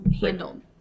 handled